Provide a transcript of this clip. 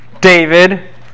David